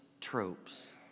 tropes